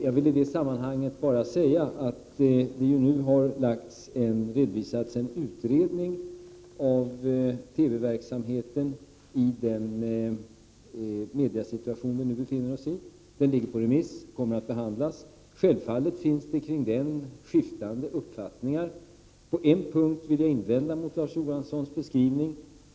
Jag vill i det sammanhanget bara säga att det ju nu har framlagts en utredning av TV-verksamheten i den mediasituation som vi nu befinner oss i. Den är ute på remiss och kommer att behandlas. Självfallet finns det skiftande uppfattningar kring den. På en punkt vill jag invända mot Larz Johanssons beskrivning.